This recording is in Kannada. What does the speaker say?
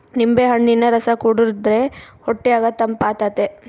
ನಿಂಬೆಹಣ್ಣಿನ ರಸ ಕುಡಿರ್ದೆ ಹೊಟ್ಯಗ ತಂಪಾತತೆ